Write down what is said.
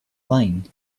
line